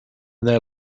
their